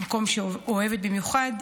מקום שהיא אוהבת במיוחד,